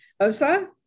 Osa